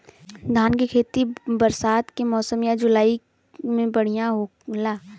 धान के खेती बरसात के मौसम या जुलाई महीना में बढ़ियां होला?